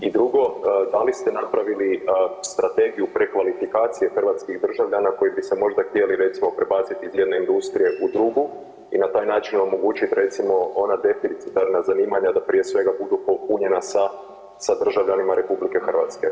I drugo, da li ste napravili strategiju prekvalifikacije hrvatskih državljana koji bi se možda htjeli recimo prebacit iz jedne industrije u drugu i na taj način omogućit recimo ona deficitarna zanimanja da prije svega budu popunjena sa, sa državljanima RH?